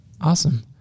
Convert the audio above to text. Awesome